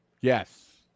Yes